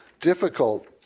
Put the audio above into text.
difficult